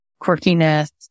quirkiness